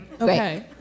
Okay